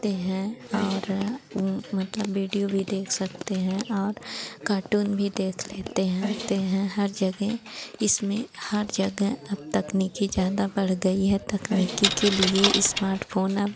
ते हैं और ऊ मतलब बीडियो भी देख सकते हैं और कार्टून भी देख लेते हैं ते हैं हर जगह इसमें हर जगह अब तकनीक ज़्यादा बढ़ गई है तकनीक के लिए इस्माटफ़ोन अब